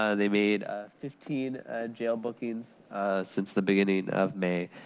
ah they made fifteen jail bookings since the beginning of may.